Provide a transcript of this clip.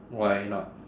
why not